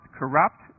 corrupt